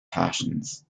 passions